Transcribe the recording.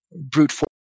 brute-force